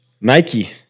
Nike